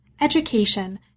education